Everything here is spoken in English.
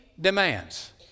demands